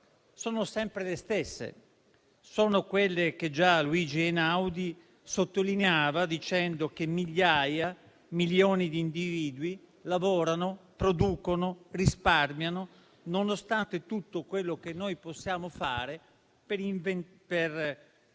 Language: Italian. sono sempre le stesse; sono quelle che già Luigi Einaudi sottolineava dicendo che migliaia, milioni di individui lavorano, producono e risparmiano nonostante tutto quello che noi possiamo fare per molestarli,